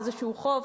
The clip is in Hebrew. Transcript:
או איזשהו חוב,